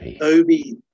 Obi